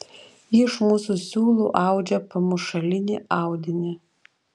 ji iš mūsų siūlų audžia pamušalinį audinį